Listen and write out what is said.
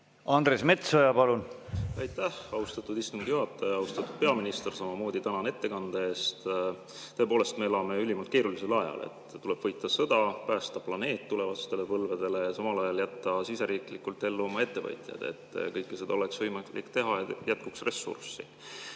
Andres Metsoja, palun! Aitäh, austatud istungi juhataja! Austatud peaminister, samamoodi tänan ettekande eest! Tõepoolest, me elame ülimalt keerulisel ajal: tuleb võita sõda, päästa planeet tulevastele põlvedele ja samal ajal jätta ellu oma ettevõtjad, et kõike seda oleks võimalik teha ja jätkuks ressurssi.